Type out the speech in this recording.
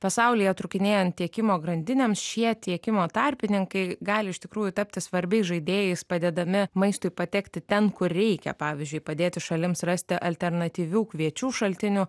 pasaulyje trūkinėjant tiekimo grandinėms šie tiekimo tarpininkai gali iš tikrųjų tapti svarbiais žaidėjais padedami maistui patekti ten kur reikia pavyzdžiui padėti šalims rasti alternatyvių kviečių šaltinių